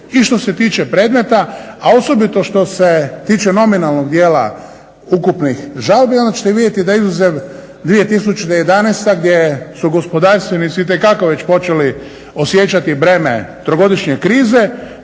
i što se tiče predmeta, a osobito što se tiče nominalnog dijela ukupnih žalbi, onda ćete vidjeti da izuzev 2011. gdje su gospodarstvenici itekako već počeli osjećati breme trogodišnje krize,